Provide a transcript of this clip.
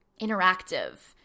interactive